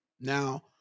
Now